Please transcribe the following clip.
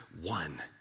one